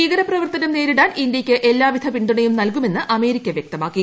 ഭീകര പ്രവർത്തനം നേരിടാൻ ഇന്ത്യക്ക് എല്ലാവിധ പിന്തുണയും നൽകുമെന്ന് അമേരിക്ക വൃക്തമാക്കി